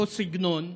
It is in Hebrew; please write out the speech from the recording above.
אותו סגנון,